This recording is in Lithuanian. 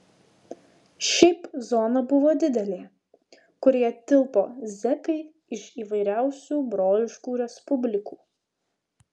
šiaip zona buvo didelė kurioje tilpo zekai iš įvairiausių broliškų respublikų